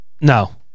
No